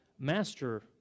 Master